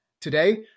Today